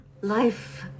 Life